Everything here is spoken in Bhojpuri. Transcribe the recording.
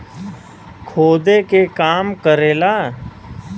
खोदे के काम करेला